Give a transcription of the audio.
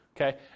Okay